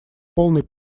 полной